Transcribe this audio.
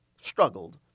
struggled